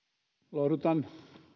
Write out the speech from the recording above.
lohdutan edustaja